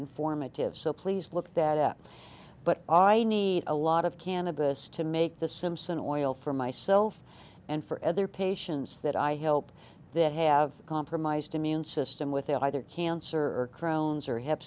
informative so please look that up but all i need a lot of cannabis to make the simpson oil for myself and for other patients that i help that have compromised immune system with either cancer crones or h